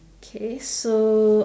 K so